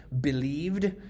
believed